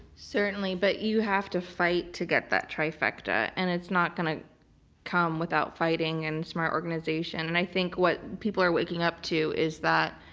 certainly, but you have to fight to get that trifecta. and it's not going to come without fighting and smart organization. and i think what people are waking up to is that